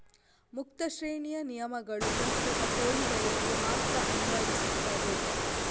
ಮುಕ್ತ ಶ್ರೇಣಿಯ ನಿಯಮಗಳು ಪ್ರಸ್ತುತ ಕೋಳಿಗಳಿಗೆ ಮಾತ್ರ ಅನ್ವಯಿಸುತ್ತವೆ